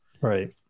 Right